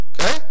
Okay